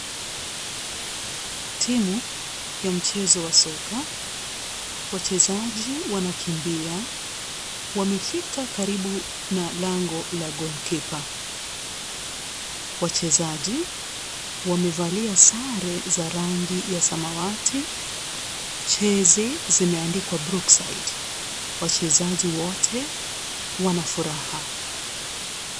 Timu ya mchezo wa soka, wachezaji wanakimbia, wamefika karibu na lango la goal keeper . Wachezaji wamevalia sare za rangi ya samawati jezi zimeandikwa Brookside. Wachezaji wote wana furaha.